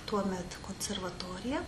tuomet konservatoriją